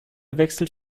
wechselt